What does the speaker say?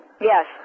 Yes